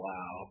Wow